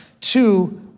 Two